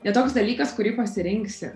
ne toks dalykas kurį pasirinksi